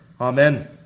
Amen